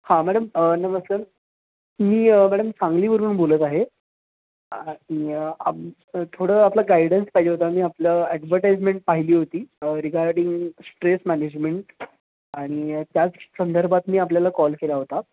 हां मॅडम नमस्कार मी मॅडम सांगलीवरून बोलत आहे आणि आम थोडं आपलं गायडन्स पाहिजे होता मी आपलं ॲडव्हर्टाईजमेंट पाहिली होती रिगार्डिंग स्ट्रेस मॅनेजमेंट आणि त्याच संदर्भात मी आपल्याला कॉल केला होता